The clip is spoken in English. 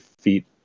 feet